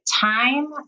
time